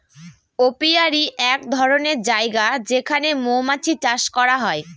apiary এক ধরনের জায়গা যেখানে মৌমাছি চাষ করা হয়